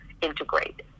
integrate